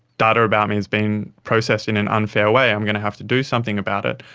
data about me is being processed in an unfair way, i'm going to have to do something about it.